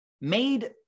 made